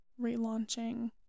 relaunching